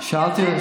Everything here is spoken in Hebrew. אורלי,